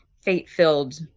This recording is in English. fate-filled